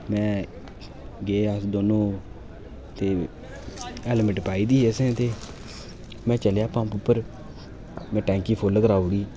मैं गे अस दोनों ते हैलमेट पाई दी असें ते मैं चलेआ पंप उप्पर में टैंकी फुल्ल कराई ओड़ी